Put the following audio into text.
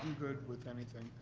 good with anything.